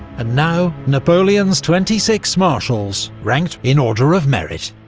and now, napoleon's twenty six marshals, ranked in order of merit.